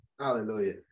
Hallelujah